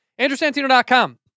AndrewSantino.com